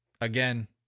again